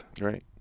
Right